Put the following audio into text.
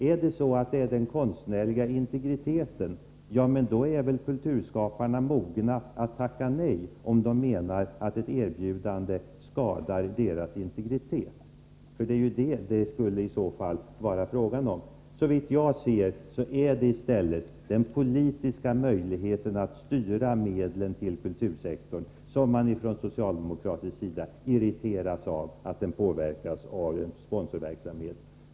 Är det så att det gäller den konstnärliga integriteten? Ja, men nog är väl kulturskaparna mogna att tacka nej om de menar att ett erbjudande skadar deras integritet. Nej, såvitt jag kan se irriteras man från socialdemokratisk sida i stället av att den politiska möjligheten att styra medlen inom kultursektorn påverkas av en sponsorverksamhet.